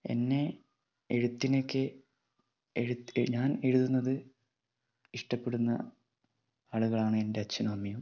എന്നെ എഴുത്തിനൊക്കെ എഴുത്ത് ഞാൻ എഴുതുന്നത് ഇഷ്ടപ്പെടുന്ന ആളുകളാണ് എൻ്റെ അച്ഛനും അമ്മയും